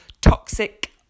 toxic